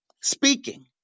speaking